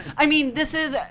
i mean, this is, ah